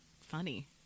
funny